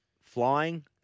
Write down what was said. Flying